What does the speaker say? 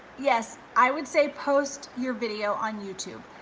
yes, i would say post your video on youtube,